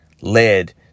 led